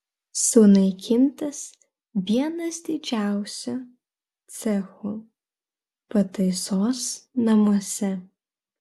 sunaikintas vienas didžiausių cechų pataisos namuose